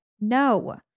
No